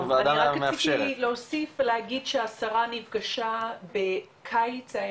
אני רק רציתי להוסיף ולהגיד שהשרה נפגשה בקיץ היה